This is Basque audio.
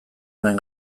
nuen